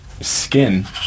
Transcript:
Skin